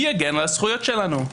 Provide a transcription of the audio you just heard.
מי יגן על הזכויות שלהם?